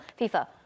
FIFA